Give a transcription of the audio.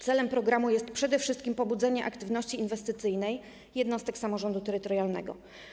Celem programu jest przede wszystkim pobudzenie aktywności inwestycyjnej jednostek samorządu terytorialnego.